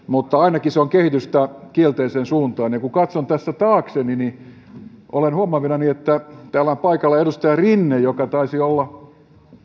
mutta ainakin se on kehitystä kielteiseen suuntaan ja kun katson tässä taakseni niin olen huomaavinani että täällä on paikalla edustaja rinne joka taisi olla